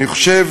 אני חושב